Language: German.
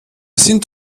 sind